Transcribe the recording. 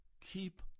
keep